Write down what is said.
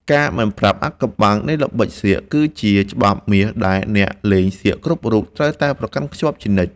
ការមិនប្រាប់អាថ៌កំបាំងនៃល្បិចសៀកគឺជាច្បាប់មាសដែលអ្នកលេងសៀកគ្រប់រូបត្រូវតែប្រកាន់ខ្ជាប់ជានិច្ច។